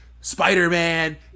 Spider-Man